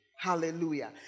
Hallelujah